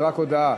זה רק הודעה.